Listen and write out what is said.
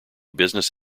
business